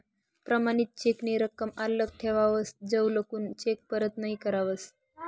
प्रमाणित चेक नी रकम आल्लक ठेवावस जवलगून चेक परत नहीं करावस